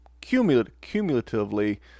cumulatively